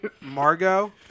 Margot